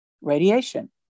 radiation